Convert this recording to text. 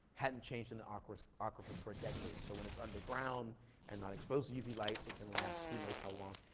hadn't changed in the aquifers aquifers for a decade. so when it's underground and not exposed to uv light, it can last who knows how long.